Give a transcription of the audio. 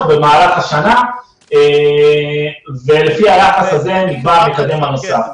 במהלך השנה ולפי היחס הזה נקבע המקדם הנוסף.